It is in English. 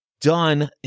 done